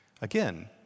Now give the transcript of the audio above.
Again